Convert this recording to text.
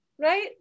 right